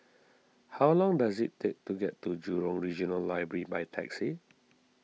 how long does it take to get to Jurong Regional Library by taxi